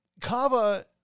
Kava